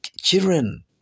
Children